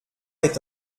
est